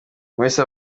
umulisa